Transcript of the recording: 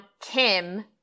Kim